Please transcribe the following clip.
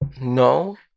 no